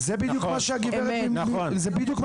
זה בדיוק מה שהגברת משש אמרה.